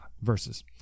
verses